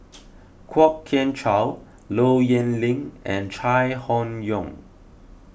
Kwok Kian Chow Low Yen Ling and Chai Hon Yoong